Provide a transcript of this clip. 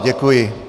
Děkuji.